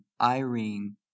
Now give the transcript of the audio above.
irene